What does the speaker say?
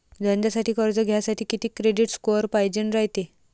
धंद्यासाठी कर्ज घ्यासाठी कितीक क्रेडिट स्कोर पायजेन रायते?